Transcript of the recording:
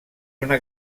una